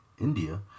India